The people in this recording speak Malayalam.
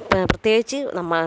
ഇപ്പോള് പ്രത്യേകിച്ച് നമ്മ